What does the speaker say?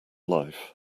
life